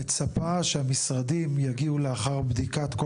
ומצפה שהמשרדים יגיעו לאחר בדיקת כל